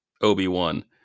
Obi-Wan